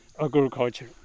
agriculture